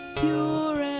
pure